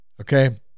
Okay